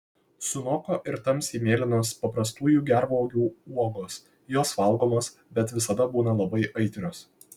sunoko ir tamsiai mėlynos paprastųjų gervuogių uogos jos valgomos bet visada būna labai aitrios